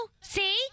See